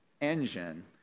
engine